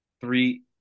three